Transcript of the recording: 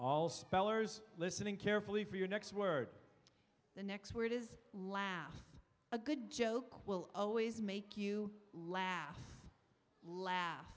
all spellers listening carefully for your next word the next word is laugh a good joke will always make you laugh laugh